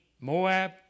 Moab